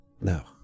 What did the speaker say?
No